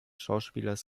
schauspielers